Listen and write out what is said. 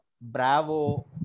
Bravo